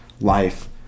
life